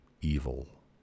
evil